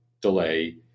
delay